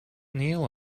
neal